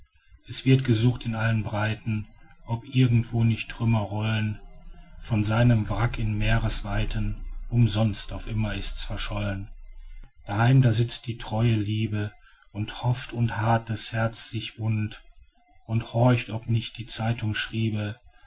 es wird gesucht in allen breiten ob irgendwo nicht trümmer roll'n von seinem wrack in meeresweiten umsonst auf immer ist's verscholl'n daheim da sitzt die treue liebe und hofft und harrt das herz sich wund und horcht ob nicht die zeitung schriebe